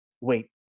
wait